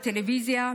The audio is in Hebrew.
בטלוויזיה,